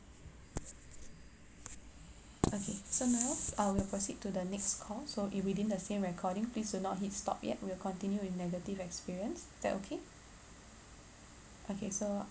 okay so now uh we'll proceed to the next call so in within the same recording please do not hit stop yet we'll continue with negative experience is that okay okay so